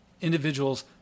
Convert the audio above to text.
individuals